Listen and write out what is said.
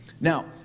Now